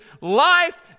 life